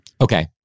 Okay